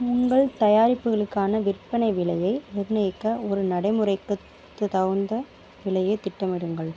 உங்கள் தயாரிப்புகளுக்கான விற்பனை விலையை நிர்ணயிக்க ஒரு நடைமுறைக்கு தகுந்த விலையைத் திட்டமிடுங்கள்